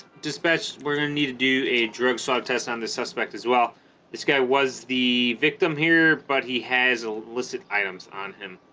dispatch we're gonna need to do a drug swab test on the suspect as well this guy was the victim here but he has illicit items on him